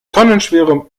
tonnenschwere